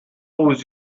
always